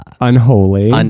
Unholy